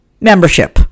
membership